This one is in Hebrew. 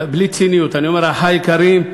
בלי ציניות אני אומר אחי היקרים,